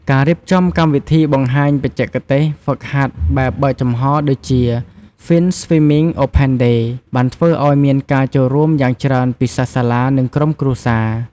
ការរៀបចំកម្មវិធីបង្ហាញបច្ចេកទេស ហ្វឹកហាត់បែបបើកចំហ ដូចជា “Finswimming Open Day” បានធ្វើឱ្យមានការចូលរួមយ៉ាងច្រើនពីសិស្សសាលា និងក្រុមគ្រួសារ។